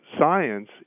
science